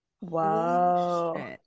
wow